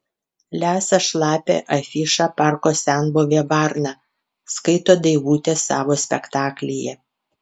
lesa šlapią afišą parko senbuvė varna skaito daivutė savo spektaklyje